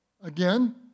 Again